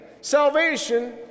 salvation